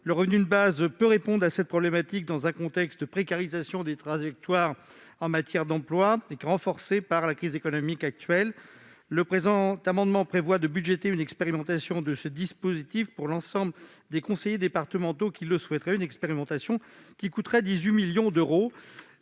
Le revenu de base peut répondre à cette problématique dans un contexte de précarisation des trajectoires d'emploi, renforcée par la crise économique actuelle. Le présent amendement vise à budgéter une expérimentation de ce dispositif pour l'ensemble des conseils départementaux qui le souhaiteraient, pour un coût total de 18 millions d'euros.